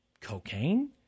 cocaine